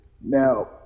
Now